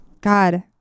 god